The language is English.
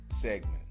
segment